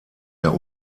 der